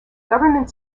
government